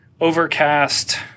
Overcast